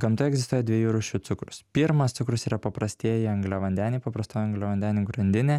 gamtoje egzistuoja dviejų rūšių cukrūs pirmas cukrūs yra paprastieji angliavandeniai paprastojo angliavandenio grandinė